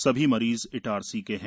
सभी मरीज इटारसी के हैं